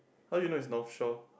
how you know it's North Shore